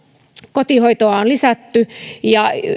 kotihoitoa on lisätty ja